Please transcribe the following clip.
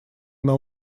она